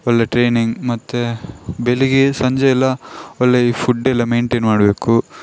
ಒಳ್ಳೆಯ ಟ್ರೈನಿಂಗ್ ಮತ್ತು ಬೆಳಿಗ್ಗೆ ಸಂಜೆ ಎಲ್ಲ ಒಳ್ಳೆಯ ಫುಡ್ಡೆಲ್ಲ ಮೇಂಟೇನ್ ಮಾಡಬೇಕು